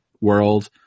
world